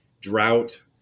drought